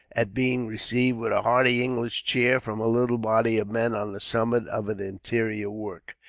at being received with a hearty english cheer, from a little body of men on the summit of an interior work.